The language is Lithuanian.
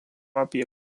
apie